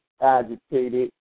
agitated